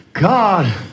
God